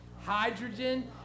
Hydrogen